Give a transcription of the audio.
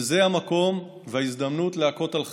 וזה המקום וההזדמנות להכות על חטא: